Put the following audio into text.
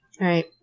Right